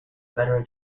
better